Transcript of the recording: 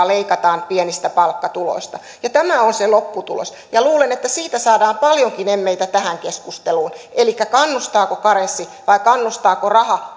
leikataan pienistä palkkatuloista tämä on se lopputulos ja luulen että siitä saadaan paljonkin emmeitä tähän keskusteluun kannustaako karenssi vai kannustaako raha